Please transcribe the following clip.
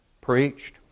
preached